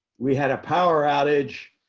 we had a power outage.